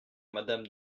madame